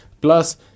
Plus